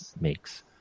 makes